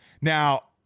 Now